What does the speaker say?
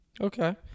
Okay